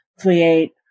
create